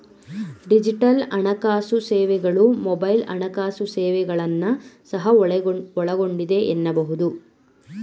digital ಹಣಕಾಸು ಸೇವೆಗಳು mobile ಹಣಕಾಸು ಸೇವೆಗಳನ್ನ ಸಹ ಒಳಗೊಂಡಿದೆ ಎನ್ನಬಹುದು